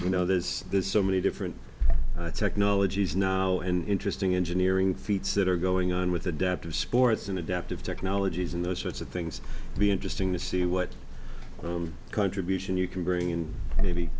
you know there's there's so many different technologies now in trysting engineering feats that are going on with adaptive sports and adaptive technologies and those sorts of things be interesting to see what contribution you can bring in